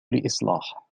لإصلاح